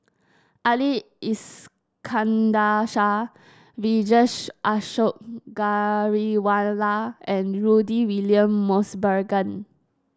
Ali Iskandar Shah Vijesh Ashok Ghariwala and Rudy William Mosbergen